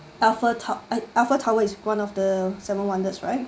eiffel tow~ eiffel tower is one of the seven wonders right